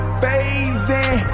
phasing